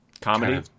Comedy